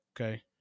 okay